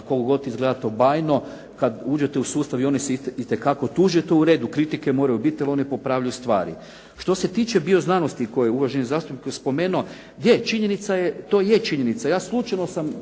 koliko god izgleda to bajno, kad uđete u sustav i one se itekako tuže, to je u redu, kritike moraju biti jer one popravljaju stvari. Što se tiče bioznanosti koju je uvaženi zastupnik spomenuo, je, činjenica je, to je činjenica, ja slučajno sam